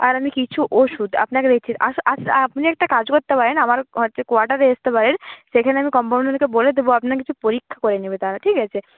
আর আমি কিছু ওষুধ আপনাকে আপনি একটা কাজ করতে পারেন আমার কোয়ার্টারে এসতে পারেন সেখানে আমি কম্পাউন্ডারকে বলে দেবো আপনার কিছু পরীক্ষা করে নিবে তারা ঠিক আছে